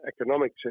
economic